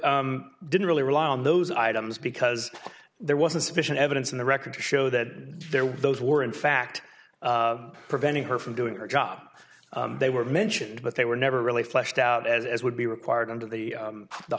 didn't really rely on those items because there wasn't sufficient evidence in the record to show that there were those were in fact preventing her from doing her job they were mentioned but they were never really fleshed out as would be required under the